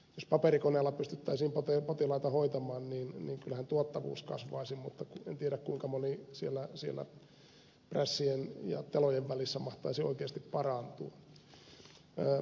jos paperikoneella pystyttäisiin potilaita hoitamaan niin kyllähän tuottavuus kasvaisi mutta en tiedä kuinka moni siellä prässien ja telojen välissä mahtaisi oikeasti parantua